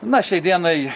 na šiai dienai